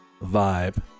vibe